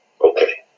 Okay